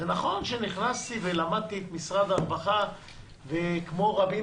נכון שנכנסתי ולמדתי את משרד הרווחה וכמו רבים